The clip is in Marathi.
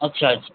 अच्छाच